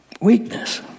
Weakness